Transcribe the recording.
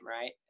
right